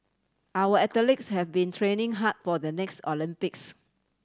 our athletes have been training hard for the next Olympics